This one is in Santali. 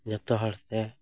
ᱡᱚᱛᱚ ᱦᱚᱲ ᱛᱮ